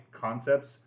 concepts